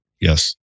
Yes